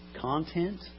content